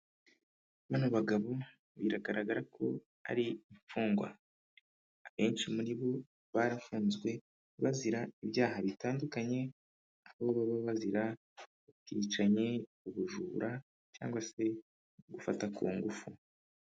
Bano bagabo biragaragara ko ari imfungwa, abenshi muri bo barafunzwe bazira ibyaha bitandukanye, aho baba bazira ubwicanye ubujura cyangwa se gufata ku ngufu.